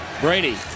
Brady